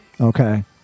Okay